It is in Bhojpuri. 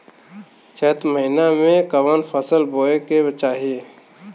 चैत महीना में कवन फशल बोए के चाही?